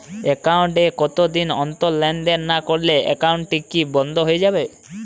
Account এ কতদিন অন্তর লেনদেন না করলে একাউন্টটি কি বন্ধ হয়ে যাবে?